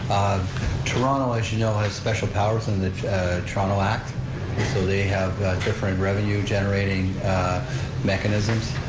toronto, as you know, has special powers in the toronto act, so they have different revenue generating mechanisms.